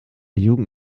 jugend